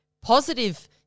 positive